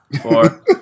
four